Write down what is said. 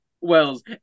Wells